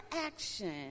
action